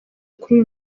kuri